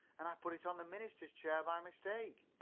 and i put it on the minister's chair by mistake!